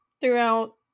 throughout